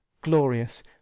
glorious